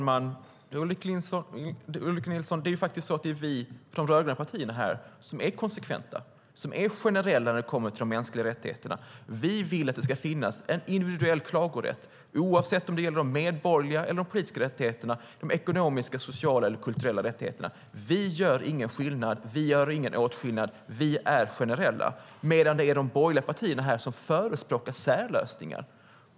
Herr talman! Det är de rödgröna partierna som är konsekventa och generella när det kommer till de mänskliga rättigheterna, Ulrik Nilsson. Vi vill att det ska finnas en individuell klagorätt oavsett om det gäller de medborgerliga och politiska rättigheterna eller de ekonomiska, sociala och kulturella rättigheterna. Vi gör ingen åtskillnad; vi är generella. De borgerliga partierna däremot förespråkar särlösningar.